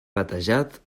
batejat